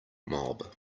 mob